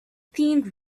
thin